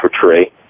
portray